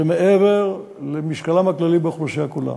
זה מעבר למשקלם הכללי באוכלוסייה כולה,